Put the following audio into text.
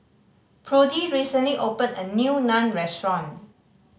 Prudie recently opened a new Naan Restaurant